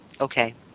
Okay